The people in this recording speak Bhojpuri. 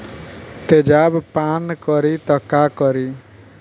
तेजाब पान करी त का करी?